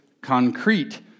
concrete